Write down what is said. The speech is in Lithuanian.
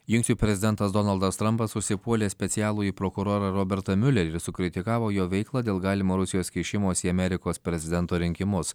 jungtinių prezidentas donaldas trampas užsipuolė specialųjį prokurorą robertą miulerį sukritikavo jo veiklą dėl galimo rusijos kišimosi į amerikos prezidento rinkimus